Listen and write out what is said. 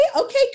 okay